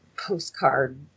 Postcard